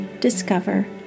discover